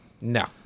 No